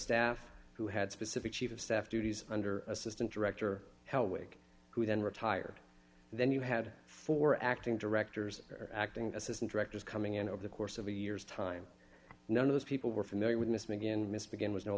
staff who had specific chief of staff duties under assistant director hellwig who then retired then you had four acting directors or acting assistant directors coming in over the course of a years time none of those people were familiar with miss maggie and miss began was no